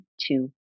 two